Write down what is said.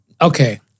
okay